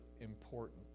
important